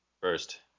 First